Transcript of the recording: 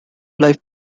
live